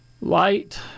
Light